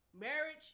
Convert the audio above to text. Marriage